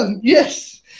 Yes